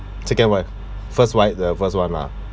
second wife first wife the first [one] lah